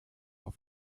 auf